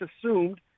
assumed